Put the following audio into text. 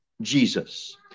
Jesus